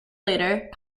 later